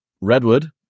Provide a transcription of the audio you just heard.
Redwood